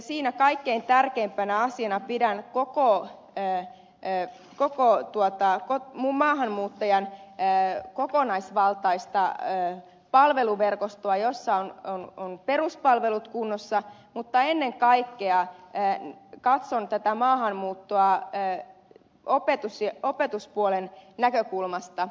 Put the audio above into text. kotouttamisessa kaikkein tärkeimpänä asiana pidän koko maahanmuuttajan kokonaisvaltaista palveluverkostoa jossa ovat peruspalvelut kunnossa mutta ennen kaikkea katson tätä maahanmuuttoa opetuspuolen näkökulmasta